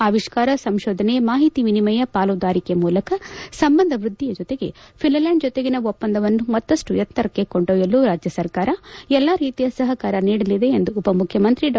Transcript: ಆವಿಷ್ಠಾರ ಸಂಶೋಧನೆ ಮಾಹಿತಿ ವಿನಿಮಯ ಪಾಲುದಾರಿಕೆ ಮೂಲಕ ಸಂಬಂಧವೃದ್ದಿಯ ಜೊತೆಗೆ ಪಿನ್ಲ್ಕಾಂಡ್ ಜೊತೆಗಿನ ಒಪ್ಪಂದವನ್ನು ಮತ್ತಪ್ಪು ಎತ್ತರಕ್ಕೆ ಕೊಂಡೊಯ್ದಲು ರಾಜ್ಯ ಸರ್ಕಾರ ಎಲ್ಲಾ ರೀತಿಯ ಸಪಕಾರ ನೀಡಲಿದೆ ಎಂದು ಉಪಮುಖ್ಯಮಂತ್ರಿ ಡಾ